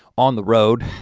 on the road,